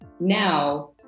now